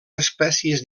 espècies